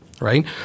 right